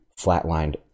flatlined